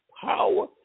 power